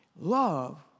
Love